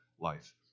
life